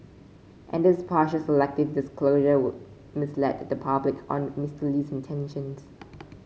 and this partial selective disclosure would mislead the public on Mr Lee's intentions